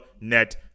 net